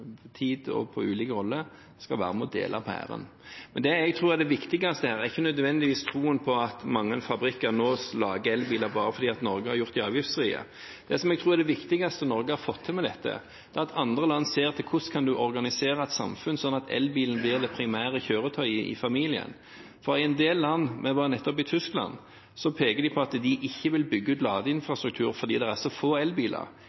skal være med og dele på æren. Men det jeg tror er det viktigste her, er ikke nødvendigvis troen på at mange fabrikker nå lager elbiler bare fordi Norge har gjort dem avgiftsfrie. Det som jeg tror er det viktigste Norge har fått til med dette, er at andre land ser hvordan man kan organisere et samfunn slik at elbilen blir det primære kjøretøyet i familien. For i en del land – vi var nettopp i Tyskland – peker de på at de ikke vil bygge ut ladeinfrastruktur fordi det er så få elbiler.